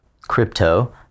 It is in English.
crypto